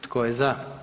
Tko je za?